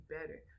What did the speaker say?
better